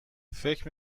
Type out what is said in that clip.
فکر